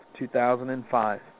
2005